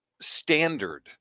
standard